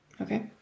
okay